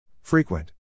Frequent